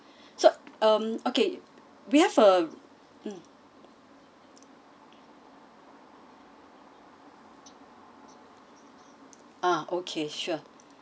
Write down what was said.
so um okay we have a mm ah okay sure